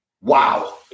Wow